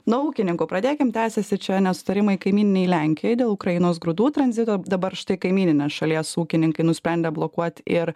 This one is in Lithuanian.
nuo ūkininkų pradėkim tęsiasi čia nesutarimai kaimyninėj lenkijoj dėl ukrainos grūdų tranzito dabar štai kaimyninės šalies ūkininkai nusprendė blokuot ir